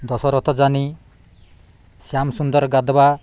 Dasharath Jani Shyam Sundar Gadaba